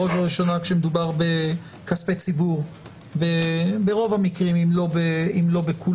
בראש וראשונה כשמדובר בכספי ציבור ברוב המקרים אם לא בכולם.